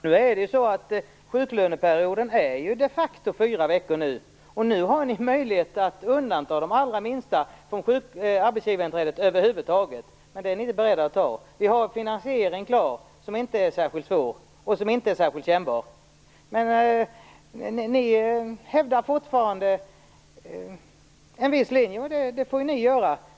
Fru talman! Sjuklöneperioden är de facto fyra veckor nu. Nu finns det möjlighet att undanta de allra minsta från arbetsgivarinträdet över huvud taget. Men det är man inte beredd till. Finansieringen är klar, och den är varken särskilt svår eller särskilt kännbar. Inom Folkpartiet hävdar man fortfarande en viss linje, och det får man göra.